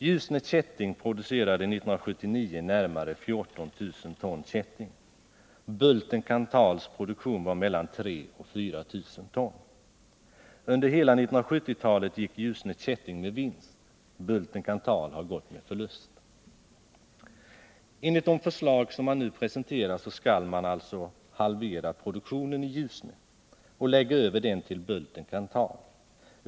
Ljusne Kätting producerade år 1979 närmare 14 000 ton kätting. Bulten-Kanthals produktion var 3000-4000 ton. Under hela 1970-talet gick Ljusne Kätting med vinst. Bulten-Kanthal har gått med förlust. Enligt de förslag som nu presenteras skall man halvera produktionen i Ljusne och lägga över den på Bulten-Kanthal.